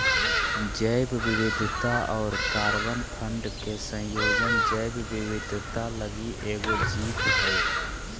जैव विविधता और कार्बन फंड के संयोजन जैव विविधता लगी एगो जीत हइ